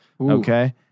Okay